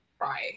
Right